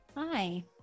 Hi